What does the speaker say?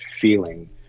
feeling